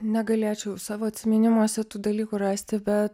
negalėčiau savo atsiminimuose tų dalykų rasti bet